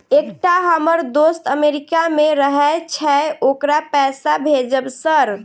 एकटा हम्मर दोस्त अमेरिका मे रहैय छै ओकरा पैसा भेजब सर?